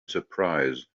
surprise